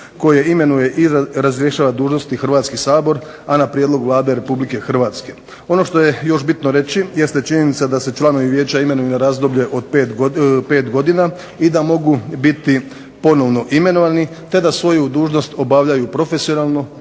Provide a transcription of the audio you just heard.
koje imenuje i razrješava dužnosti Hrvatski sabor, a na prijedlog Vlade RH. Ono što je još bitno reći jeste činjenica da se članovi vijeća imenuju na razdoblje od 5 godina i da mogu biti ponovno imenovani te da svoju dužnost obavljaju profesionalno,